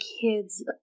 kid's